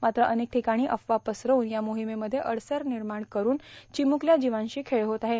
मात्र अनेक ठिकाणी अफवा पसरवून या मोहिमेमध्ये अडसर निर्माण करून चिमुकल्या जीवांशी खेळ होत आहे